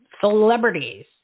celebrities